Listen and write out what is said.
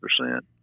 percent